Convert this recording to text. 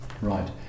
Right